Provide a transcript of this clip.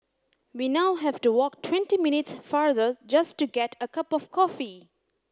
we now have to walk twenty minutes farther just to get a cup of coffee